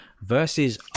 versus